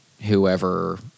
whoever